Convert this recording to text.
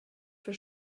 für